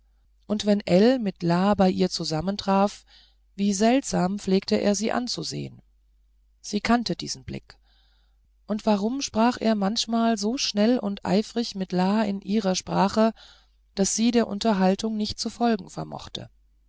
und wenn ell mit la bei ihr zusammentraf wie seltsam pflegte er sie anzusehen sie kannte diesen blick und warum sprach er manchmal so schnell und eifrig zu la in ihrer sprache daß sie der unterhaltung nicht zu folgen vermochte